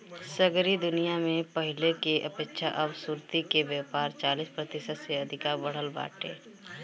सगरी दुनिया में पहिले के अपेक्षा अब सुर्ती के व्यापार चालीस प्रतिशत से अधिका बढ़ल बाटे